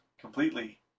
completely